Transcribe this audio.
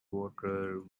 water